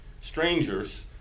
strangers